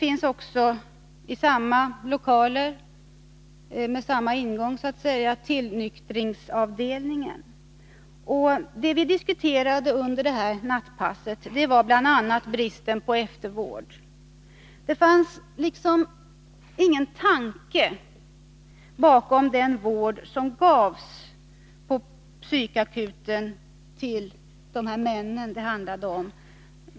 I samma lokaler finns också tillnyktringsavdelningen. Det vi diskuterade under nattpasset var bl.a. bristen på eftervård. Det fanns liksom ingen tanke bakom den vård som gavs på psykakuten till männen det handlade om.